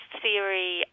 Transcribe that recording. theory